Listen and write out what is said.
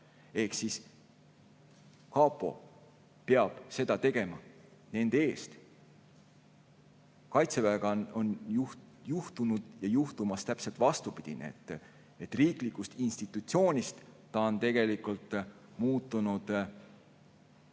Kapo peab seda tegema nende eest. Kaitseväega on juhtunud ja juhtumas täpselt vastupidine. Riiklikust institutsioonist ta on tegelikult muutunud, kuidas